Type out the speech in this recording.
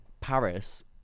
paris